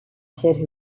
kid